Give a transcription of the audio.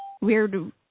Weird